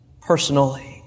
personally